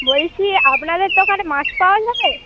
বলছি আপনাদের দোকানে মাছ পাওয়া যাবে